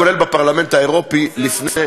כולל בפרלמנט האירופי,